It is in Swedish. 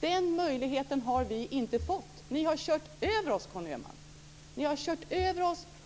Den möjligheten har vi inte fått. Ni har kört över oss, Conny Öhman.